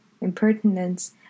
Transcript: Impertinence